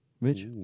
Rich